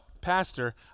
pastor